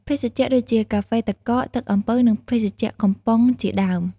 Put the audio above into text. ភេសជ្ជៈដូចជា កាហ្វេទឹកកក ទឹកអំពៅ និងភេសជ្ជៈកំប៉ុងជាដើម។។